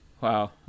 wow